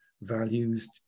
values